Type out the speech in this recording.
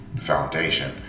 foundation